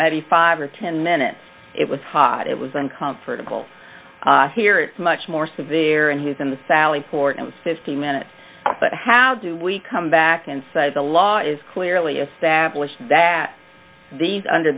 maybe five or ten minutes it was hot it was uncomfortable here it's much more severe and he was in the sally port of fifteen minutes but how do we come back and say the law is clearly established that these under